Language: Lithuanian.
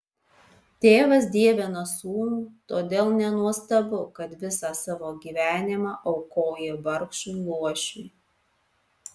tėvas dievina sūnų todėl nenuostabu kad visą savo gyvenimą aukoja vargšui luošiui